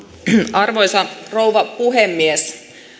arvoisa rouva puhemies